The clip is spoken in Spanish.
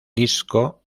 disco